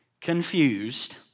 confused